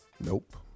Nope